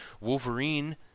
Wolverine